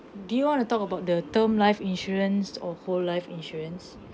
do you want to talk about the term life insurance or whole life insurance